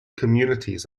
communities